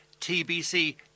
tbc